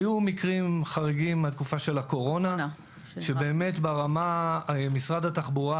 היו מקרים חריגים בתקופת הקורונה שמשרד התחבורה